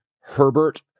herbert